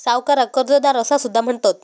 सावकाराक कर्जदार असा सुद्धा म्हणतत